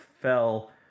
fell